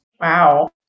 Wow